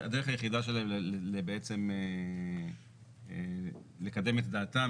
הדרך היחידה שלהם בעצם לקדם את דעתם,